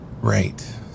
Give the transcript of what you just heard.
Right